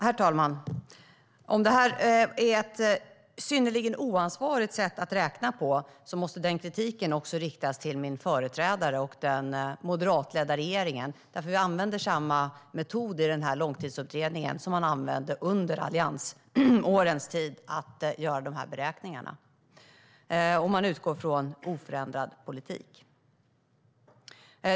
Herr talman! Om detta är ett synnerligen oansvarigt sätt att räkna på måste den kritiken också riktas till min företrädare och den moderatledda regeringen, för vi använder samma metod i Långtidsutredningen för att göra dessa beräkningar som man använde under alliansåren. Och man utgår från oförändrad politik.